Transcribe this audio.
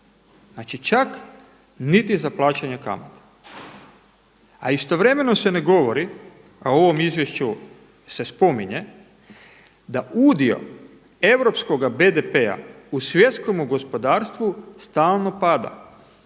čak niti za plaćanje kamate. A istovremeno se ne govori, a u ovom izvješću se spominje da udio europskoga BDP-a u svjetskom gospodarstvu stalno pada.